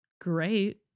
great